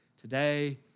today